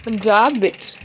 ਪੰਜਾਬ ਵਿੱਚ